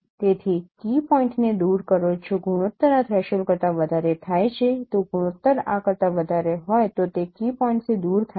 તેથી કી પોઇન્ટને દૂર કરો જો ગુણોત્તર આ થ્રેશોલ્ડ કરતાં વધારે થાય છે તો ગુણોત્તર આ કરતાં વધારે હોય તો તે કી પોઇન્ટ્સથી દૂર થાય છે